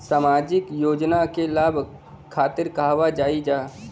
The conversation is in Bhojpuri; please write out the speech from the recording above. सामाजिक योजना के लाभ खातिर कहवा जाई जा?